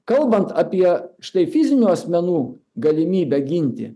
kalbant apie štai fizinių asmenų galimybę ginti